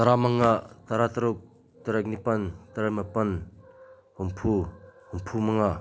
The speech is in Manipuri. ꯇꯔꯥ ꯃꯉꯥ ꯇꯔꯥ ꯇꯔꯨꯛ ꯇꯔꯥ ꯅꯤꯄꯥꯟ ꯇꯔꯥ ꯃꯥꯄꯟ ꯍꯨꯝꯐꯨ ꯍꯨꯝꯐꯨ ꯃꯉꯥ